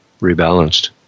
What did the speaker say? rebalanced